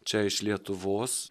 čia iš lietuvos